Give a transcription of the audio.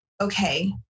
okay